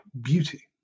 beauty